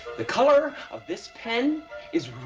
the color of this pen is